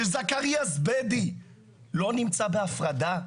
שזכרייה זביידי לא נמצא בהפרדה?